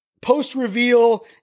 post-reveal